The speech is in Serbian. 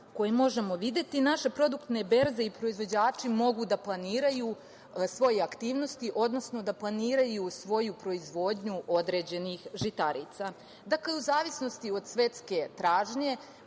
koje možemo videti, naše produktne berze i proizvođači mogu da planiraju svoje aktivnosti, odnosno da planiraju svoju proizvodnju određenih žitarica. Dakle, u zavisnosti od svetske tražnje